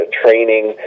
training